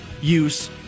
use